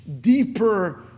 deeper